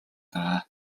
даа